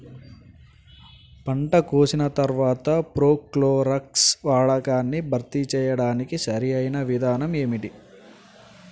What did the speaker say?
పంట కోసిన తర్వాత ప్రోక్లోరాక్స్ వాడకాన్ని భర్తీ చేయడానికి సరియైన విధానం ఏమిటి?